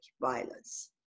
violence